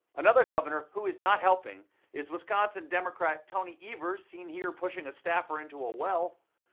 another governor who is not helping is wisconsin democrat tony evers, seen here pushing a staffer into a well.